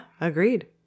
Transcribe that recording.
Agreed